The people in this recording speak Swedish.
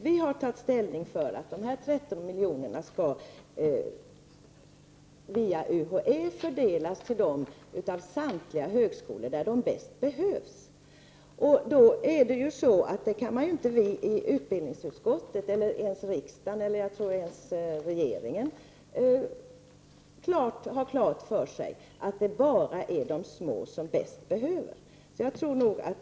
Vi har tagit ställning för att dessa 13 milj.kr. via UHÄ skall fördelas till de högskolor där de bäst behövs. Varken utbildningsutskottet eller riksdagen eller ens regeringen kan ha klart för sig att det bara är de små som bäst behöver medlen.